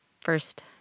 first